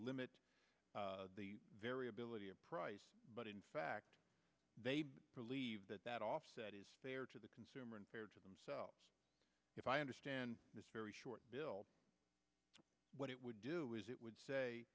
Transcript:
limit the variability of price but in fact they believe that that offset is fair to the consumer and to themselves if i understand this very short bill what it would do is it would say